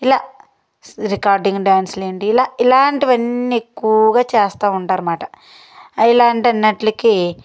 ఇలా సి రికార్డింగ్ డాన్సులు ఏంటి ఇలా ఇలాంటివన్నీ ఎక్కువగా చేస్తూ ఉంటారన్నమాట ఇలాంటి అన్నింటికి